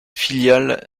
filiale